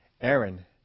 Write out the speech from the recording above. Aaron